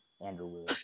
andrew